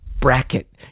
bracket